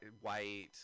white